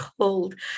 cold